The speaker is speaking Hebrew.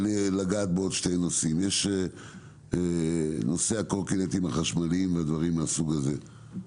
יש נושא הקורקינטים החשמליים והדברים מהסוג הזה.